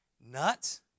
Nuts